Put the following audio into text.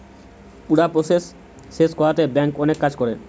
পুরা প্রসেস শেষ কোরতে ব্যাংক অনেক কাজ করে